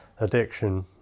addiction